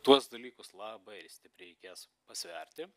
tuos dalykus labai stipriai reikės pasverti